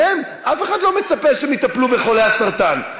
מהם אף אחד לא מצפה שהם יטפלו בחולי הסרטן.